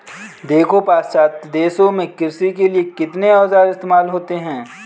देखो पाश्चात्य देशों में कृषि के लिए कितने औजार इस्तेमाल होते हैं